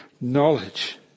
knowledge